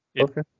okay